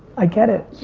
i get it.